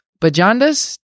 Bajandas